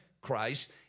Christ